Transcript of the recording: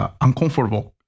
uncomfortable